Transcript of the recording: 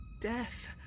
death